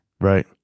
Right